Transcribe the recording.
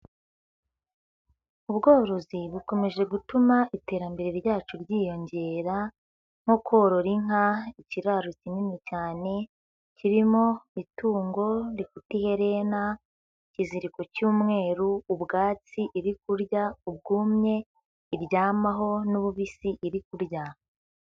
Ubworozi bukomeje gutuma iterambere ryacu ryiyongera nko korora inka, ikiraro kinini cyane kirimo itungo rifite iherena, ikiziriko cy'umweru, ubwatsi iri kurya, ubwumye iryamaho n'ububisi iri kurya.